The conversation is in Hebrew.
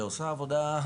שעושה עבודה,